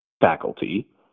faculty